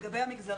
לגבי המגזרים.